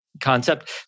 concept